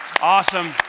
Awesome